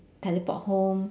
teleport home